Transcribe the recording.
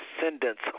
descendants